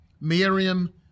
Miriam